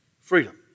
Freedom